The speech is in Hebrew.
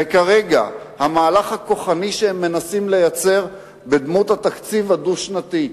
וכרגע המהלך הכוחני שהם מנסים לייצר בדמות התקציב הדו-שנתי,